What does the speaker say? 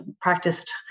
practiced